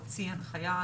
הוציא הנחיה,